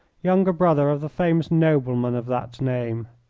younger brother of the famous nobleman of that name.